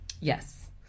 Yes